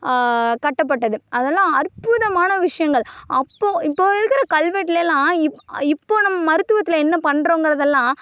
கட்டபட்டது அதெல்லாம் அற்புதமான விஷயங்கள் அப்போ இப்போ இருக்கிற கல்வெட்லலாம் இப் இப்போ நம்ம மருத்துவத்தில் என்ன பண்ணுறோங்கிறதெல்லாம்